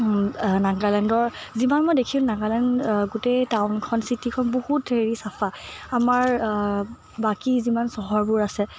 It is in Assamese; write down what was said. নাগালেণ্ডৰ যিমান মই দেখিলোঁ নাগালেণ্ডৰ গোটেই টাউনখন চিটিখন বহুত হেৰি চাফা আমাৰ বাকী যিমান চহৰবোৰ আছে